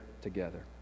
together